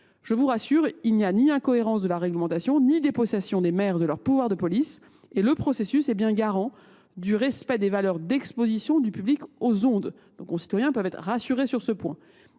le sénateur, il n’y a ni incohérence de la réglementation ni dépossession des maires de leur pouvoir de police. Le processus est garant du respect des valeurs d’exposition du public aux ondes. Nos concitoyens peuvent être rassurés sur ce point.